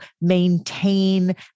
maintain